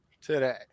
Today